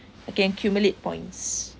I can accumulate points